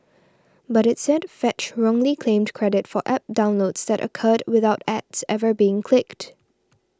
but it said Fetch wrongly claimed credit for App downloads that occurred without ads ever being clicked